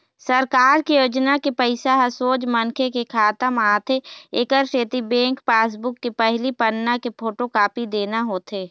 सरकार के योजना के पइसा ह सोझ मनखे के खाता म आथे एकर सेती बेंक पासबूक के पहिली पन्ना के फोटोकापी देना होथे